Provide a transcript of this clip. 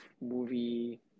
movie